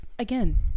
again